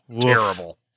terrible